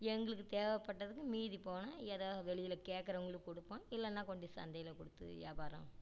எங்களுக்கு தேவைப்பட்டதுக்கு மீதி போனால் எதாவது வெளியில் கேட்குறவுங்களுக்கு கொடுப்போம் இல்லைனா கொண்டு சந்தையில் கொடுத்து வியாபாரம்